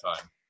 time